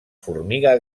formiga